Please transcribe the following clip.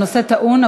הנושא טעון,